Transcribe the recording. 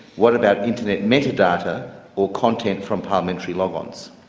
what about internet metadata or content from parliamentary logons?